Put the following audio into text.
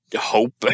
hope